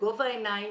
בגובה העיניים